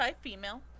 female